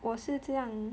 我是这样